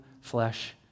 flesh